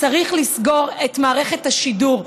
צריך לסגור את מערכת השידור,